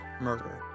murder